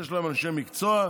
יש להם אנשי מקצוע,